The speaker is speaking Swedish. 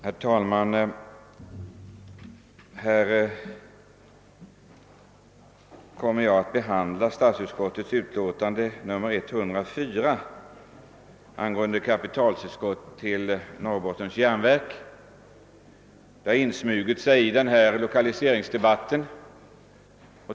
Herr talman! Jag kommer att behandla statsutskottets utlåtande nr 104 angående kapitaltillskott till Norrbottens järnverk AB, som har insmugits i denna lokaliseringsdebatt.